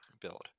build